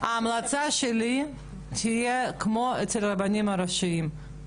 ההמלצה שלי תהיה כמו אצל הרבנים הראשיים,